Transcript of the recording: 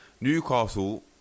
Newcastle